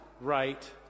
right